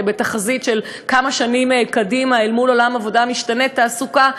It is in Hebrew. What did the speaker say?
בתחזית של כמה שנים קדימה אל מול עולם עבודה משתנה בתעסוקה,